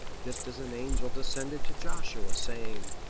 just as an angel descended to joshua, saying,